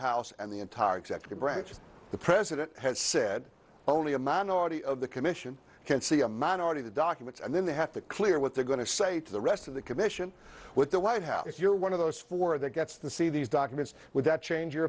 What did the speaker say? house and the entire executive branch as the president has said only a minority of the commission can see a minority the documents and then they have to clear what they're going to say to the rest of the commission with the white house if you're one of those four that gets the see these documents would that change your